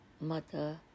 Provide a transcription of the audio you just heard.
mother